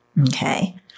okay